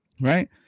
right